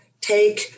take